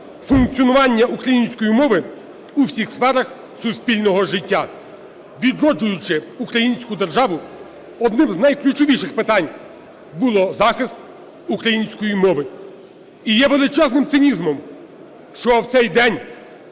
функціонування української мови у всіх сферах суспільного життя. Відроджуючи українською державу, одним з найключовіших питань був захист української мови, і є величезним цинізмом, що в цей день,